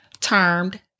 termed